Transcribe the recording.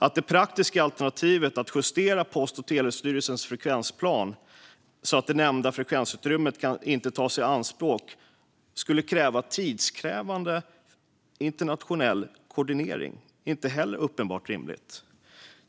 Att det praktiska alternativet, att justera Post och telestyrelsens frekvensplan så att det nämnda frekvensutrymmet inte tas i anspråk, skulle kräva tidskrävande internationell koordinering är inte heller helt uppenbart rimligt.